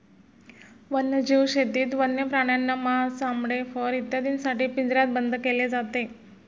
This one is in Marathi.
वन्यजीव शेतीत वन्य प्राण्यांना मांस, चामडे, फर इत्यादींसाठी पिंजऱ्यात बंद केले जाते